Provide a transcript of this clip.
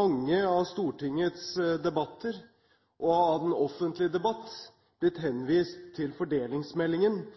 mange av Stortingets – og det offentliges – debatter blitt